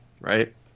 Right